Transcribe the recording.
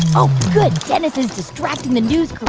oh, good. dennis is distracting the news crew.